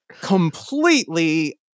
completely